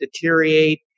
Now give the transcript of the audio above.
deteriorate